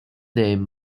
name